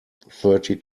thirty